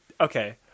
Okay